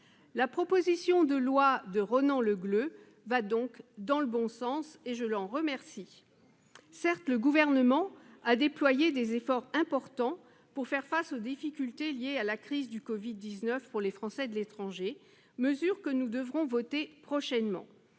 La proposition de loi de Ronan Le Gleut va donc dans le bon sens et je l'en remercie. Certes, le Gouvernement a déployé des efforts importants pour faire face aux difficultés liées à la crise du covid-19 pour les Français de l'étranger, mesures que nous devrons voter prochainement,